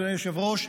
אדוני היושב-ראש,